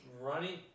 running